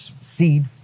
seed